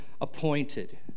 appointed